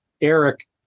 Eric